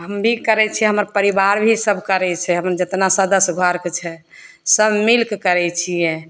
हम भी करय छियै हमर परिवार भी सब करय छै जितना सदस्य घरके छै सब मिलके करय छियै